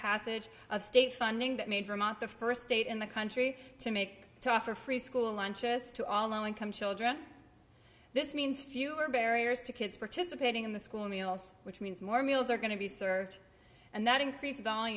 passage of state funding that made vermont the first state in the country to make to offer free school lunches to all income children this means fewer barriers to kids participating in the school meals which means more meals are going to be served and that increase